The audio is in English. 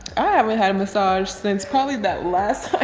i haven't had a massage since probably that last